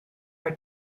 are